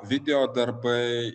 video darbai